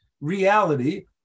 reality